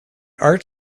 art